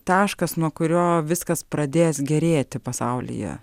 taškas nuo kurio viskas pradės gerėti pasaulyje